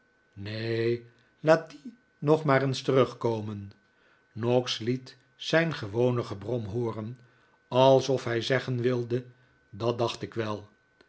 neen laat die nog maar eens terugkomen noggs liet zijn gewone gebrom hooren alsof hij zeggen wilde dat dacht ik wel